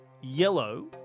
yellow